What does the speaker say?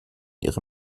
ihre